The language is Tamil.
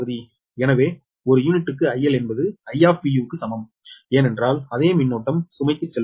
எனவே ஒரு யூனிட்டுக்கு IL என்பது I க்கு சமம் ஏனென்றால் அதே மின்னோட்டம் சுமைக்கு செல்லும்